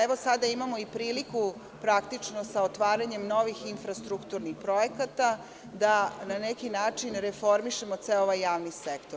Evo sada imamo i priliku da praktično sa otvaranjem novih infrastrukturnih projekata na neki način reformišemo ceo ovaj javni sektor.